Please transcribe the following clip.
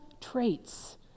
traits